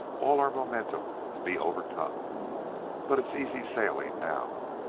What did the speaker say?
all our momentum to be overcome but it's easy sailing now!